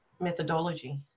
methodology